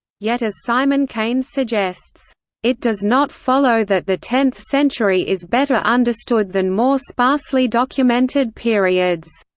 yet as simon keynes suggests it does not follow that the tenth century is better understood than more sparsely documented periods.